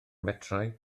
metrau